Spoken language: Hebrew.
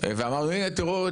אמרו "תראו,